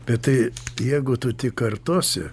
bet tai jeigu tu tik kartosi